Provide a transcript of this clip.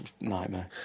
nightmare